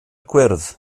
gwyrdd